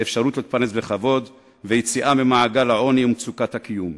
אפשרות להתפרנס בכבוד ויציאה ממעגל העוני וממצוקת הקיום.